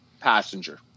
Passenger